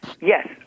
yes